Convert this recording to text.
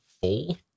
full